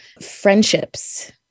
friendships